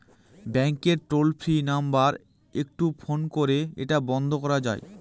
ব্যাংকের toll free number একটু phone করে এটা বন্ধ করা যায়?